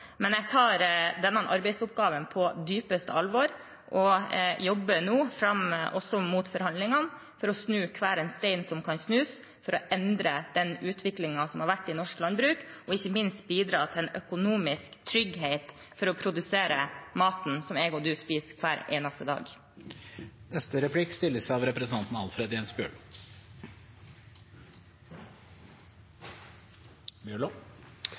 men jeg tar denne arbeidsoppgaven på dypeste alvor og jobber nå fram mot forhandlingene for å snu hver stein som kan snus for å endre den utviklingen som har vært i norsk landbruk, og ikke minst bidra til en økonomisk trygghet for å produsere maten du og jeg spiser hver eneste dag. Som statsministeren sa på starten av